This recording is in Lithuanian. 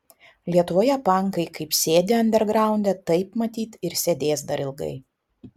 lietuvoje pankai kaip sėdi andergraunde taip matyt ir sėdės dar ilgai